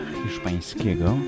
hiszpańskiego